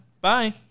Bye